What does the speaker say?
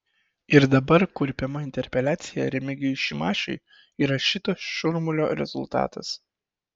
ir dabar kurpiama interpeliacija remigijui šimašiui yra šito šurmulio rezultatas